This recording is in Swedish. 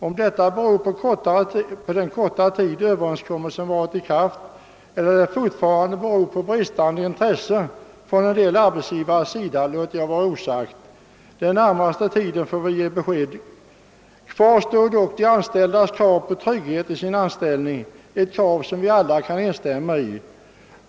Om detta beror på den korta tid som överenskommelsen varit i kraft eller det fortfarande beror på bristande intresse från en del arbetsgivares sida låter jag vara osagt. Den närmaste tiden får väl ge besked. Kvar står dock de anställdas krav på trygghet i sin anställning, ett krav som vi alla kan instämma i.